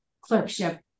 clerkship